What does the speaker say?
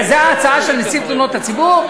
זו הצעה של נציב תלונות הציבור?